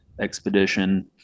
expedition